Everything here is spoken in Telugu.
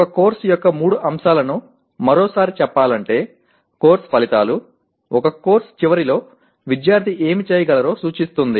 ఒక కోర్సు యొక్క మూడు అంశాలను మరోసారి చెప్పాలంటే కోర్సు ఫలితాలు ఒక కోర్సు చివరిలో విద్యార్థి ఏమి చేయగలరో సూచిస్తుంది